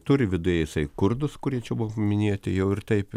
turi viduj jisai kurdus kurie čia buvo paminėti jau ir taip